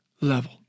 level